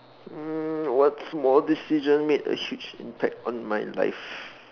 um what small decision made a huge impact on my life